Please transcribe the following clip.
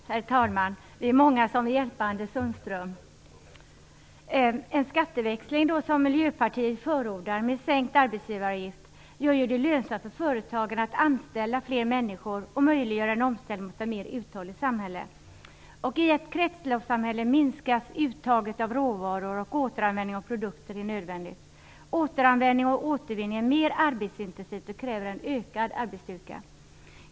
Herr talman! Vi är många som vill hjälpa Anders Miljöpartiet förordar gör det lönsamt för företagen att anställa fler människor och möjliggör en omställning mot ett mer uthålligt samhälle. I ett kretsloppssamhälle minskas uttaget av råvaror, och återanvändning av produkter blir nödvändigt. Återanvändning och återvinning är mer arbetsintensivt och kräver en ökad arbetsstyrka.